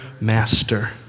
master